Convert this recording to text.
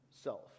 self